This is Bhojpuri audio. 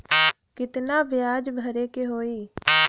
कितना ब्याज भरे के होई?